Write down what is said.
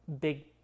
big